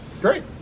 Great